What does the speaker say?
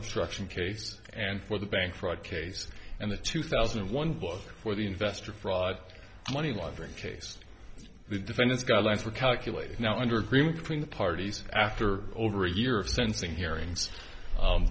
obstruction case and for the bank fraud case and the two thousand and one both for the investor fraud money laundering case the defendant's guidelines for calculating now under agreement between the parties after over a year of sensing hearing